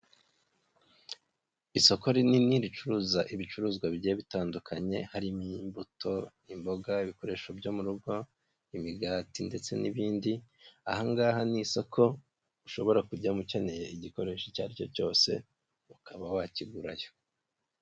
Isoko rinini ricuruza ibicuruzwa bigiye bitandukanye harimo imbuto, imboga, ibikoresho byo mu rugo, imigati ndetse n'ibindi, aha ngaha ni isoko ushobora kujyamo ukeneye igikoresho icyo ari cyo cyose ukaba wakigurayo.